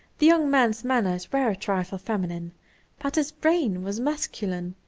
the young man's manners were a trifle feminine but his brain was masculine,